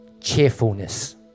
cheerfulness